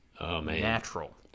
natural